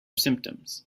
symptoms